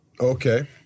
okay